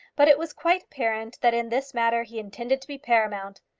but it was quite apparent that in this matter he intended to be paramount.